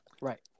Right